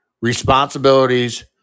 responsibilities